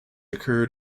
occurred